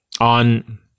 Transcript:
on